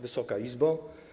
Wysoka Izbo!